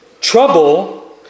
trouble